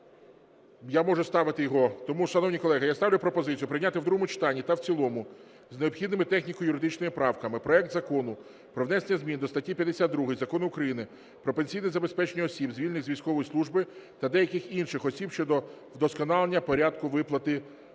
Я можу ставити його. Тому, шановні колеги, я ставлю пропозицію прийняти в другому читанні та в цілому з необхідними техніко-юридичними правками проект Закону про внесення змін до статті 52 Закону України "Про пенсійне забезпечення осіб, звільнених з військової служби, та деяких інших осіб" щодо вдосконалення порядку виплати пенсій